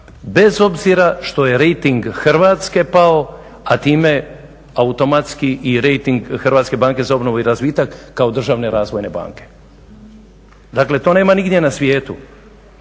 bez obzira što je rejting Hrvatske pao a time automatski i rejting Hrvatske banke za obnovu i razvitak kao državne razvojne banke. Dakle to nema nigdje na svijetu.